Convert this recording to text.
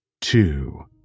two